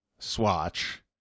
Swatch